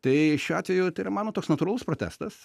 tai šiuo atveju tai yra mano toks natūralus protestas